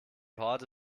horde